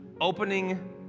opening